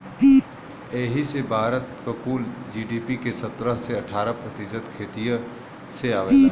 यही से भारत क कुल जी.डी.पी के सत्रह से अठारह प्रतिशत खेतिए से आवला